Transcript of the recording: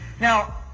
Now